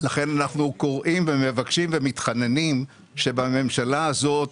לכן אנחנו קוראים ומבקשים ומתחננים שבממשלה הזאת